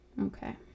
okay